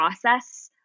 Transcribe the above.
process